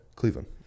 Cleveland